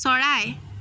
চৰাই